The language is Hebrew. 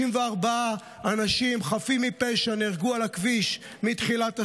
54 אנשים חפים מפשע נהרגו על הכביש מתחילת השנה.